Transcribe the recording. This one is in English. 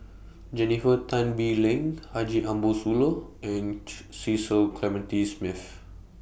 Jennifer Tan Bee Leng Haji Ambo Sooloh and Cecil Clementi Smith